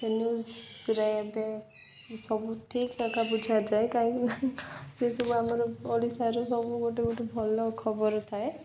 ନ୍ୟୁଜରେ ଏବେ ସବୁ ଠିକ୍ ବୁଝାଯାଏ କାହିଁକିନା ଏସବୁ ଆମର ଓଡ଼ିଶାର ସବୁ ଗୋଟେ ଗୋଟେ ଭଲ ଖବର ଥାଏ